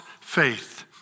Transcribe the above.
faith